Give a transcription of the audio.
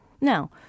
Now